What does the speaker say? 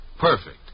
Perfect